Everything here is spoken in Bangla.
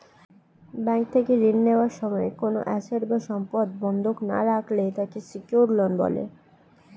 ব্যাংক থেকে ঋণ নেওয়ার সময় কোনো অ্যাসেট বা সম্পদ বন্ধক না রাখলে তাকে সিকিউরড লোন বলে